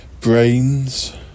Brains